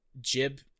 jib